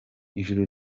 ijuru